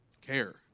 care